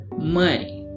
money